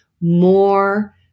more